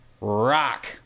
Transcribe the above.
rock